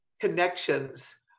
connections